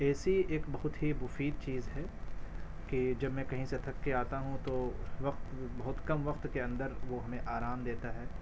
اے C ایک بہت ہی مفید چیز ہے کہ جب میں کہیں سے تھک کے آتا ہوں تو وقت بہت کم وقت کے اندر وہ ہمیں آرام دیتا ہے